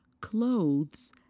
clothes